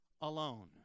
alone